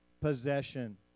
possession